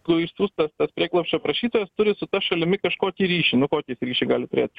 tuoj išsiųstas tas prieglobsčio prašytojas turi su ta šalimi kažkokį ryšį nu kokį jis ryšį gali turėt